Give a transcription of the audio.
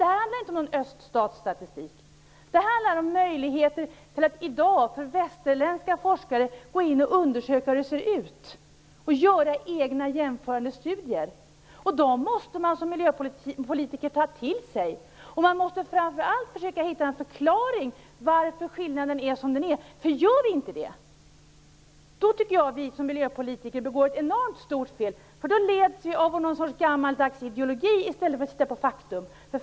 Det handlar inte om någon öststatsstatistik. Det handlar om möjligheter för västerländska forskare att i dag gå in och undersöka hur det ser ut och göra egna jämförande studier. Dem måste man som miljöpolitiker ta till sig. Man måste framför allt försöka hitta en förklaring till varför skillnaden är som den är. Gör vi inte det tycker jag att vi som miljöpolitiker begår ett enormt stort fel. Då leds vi av någon sorts gammaldags ideologi i stället för att titta på faktum.